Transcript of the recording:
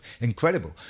Incredible